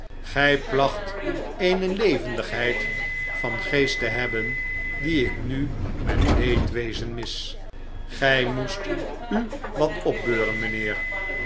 gij placht eene levendigheid van geest te hebben die ik nu met leedwezen mis gij moest u wat opbeuren rnijnheer